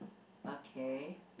okay